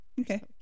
Okay